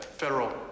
federal